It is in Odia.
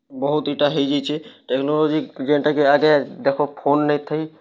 ବହୁତ୍ ଏଇଟା ହେଇଯାଇଛି ଟେକ୍ନୋଲୋଜି କେନ୍ତା କି ଆଗେ ଦେଖ ଫୋନ୍ ନାଇ ଥାଇ